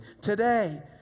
today